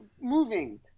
moving